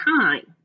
time